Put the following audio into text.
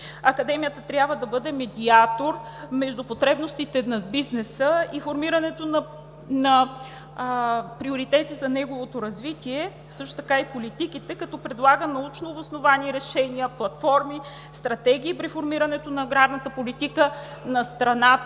Академията трябва да бъде медиатор между потребностите на бизнеса и формирането на приоритети за неговото развитие, също така и политиките, като предлага научнообосновани решения, платформи, стратегии при формирането на аграрната политика на страната